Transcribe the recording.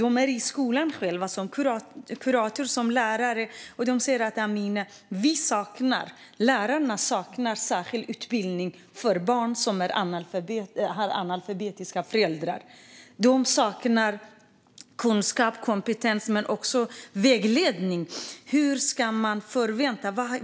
De är själva i skolan som kuratorer och lärare, och de säger: Amineh, lärarna saknar särskild utbildning för barn som har föräldrar som är analfabeter! De saknar kunskap och kompetens men också vägledning.